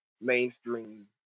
mainstream